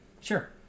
sure